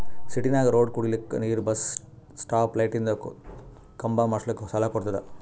ಸಿಟಿನಾಗ್ ರೋಡ್ ಕುಡಿಲಕ್ ನೀರ್ ಬಸ್ ಸ್ಟಾಪ್ ಲೈಟಿಂದ ಖಂಬಾ ಮಾಡುಸ್ಲಕ್ ಸಾಲ ಕೊಡ್ತುದ